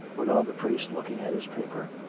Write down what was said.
went on the priest, looking at his paper,